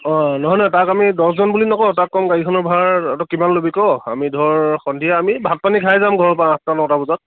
অ নহয় নহয় তাক আমি দহজন বুলি নকওঁ তাক ক'ম গাড়ীখনৰ ভাড়া তই কিমান ল'বি কৱ আমি ধৰ সন্ধিয়া আমি ভাত পানী খাই যাম ঘৰৰ পৰা আঠটা নটা বজাত